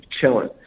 chilling